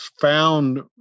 found